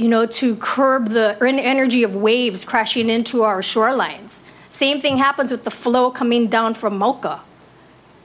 you know to curb the energy of waves crashing into our shorelines same thing happens with the flow coming down from